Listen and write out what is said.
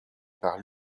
par